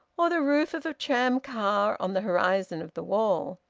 or the roof of a tram-car on the horizon of the wall.